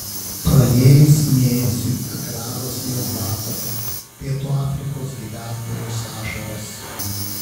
praėjus mėnesiui ekranuose jau matome pietų afrikos gyventojos ašaras